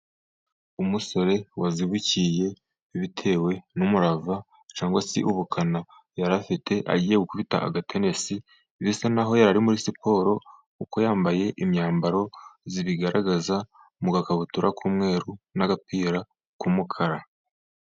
Umusore wazibukiye bitewe n'umurava cyangwa se ubukana yari afite agiye gukubita agatenesi bisa naho yari muri siporo, kuko yambaye imyambaro zibigaragaza mu gakabutura k'umweru n'agapira k'umukara.